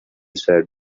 said